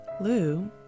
lou